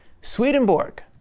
Swedenborg